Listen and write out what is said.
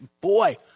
boy